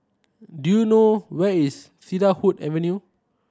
do you know where is Cedarwood Avenue